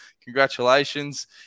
Congratulations